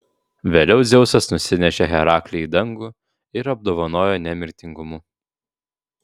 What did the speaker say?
vėliau dzeusas nusinešė heraklį į dangų ir apdovanojo nemirtingumu